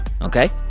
Okay